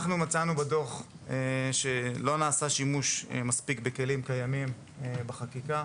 אנחנו מצאנו בדוח שלא נעשה שימוש מספיק בכלים קיימים בחקיקה,